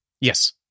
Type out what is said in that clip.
Yes